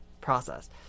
process